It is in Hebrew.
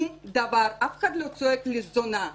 אף אחד לא צועק לי "זונה".